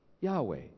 Yahweh